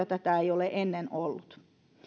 tätä ei ole ennen ollut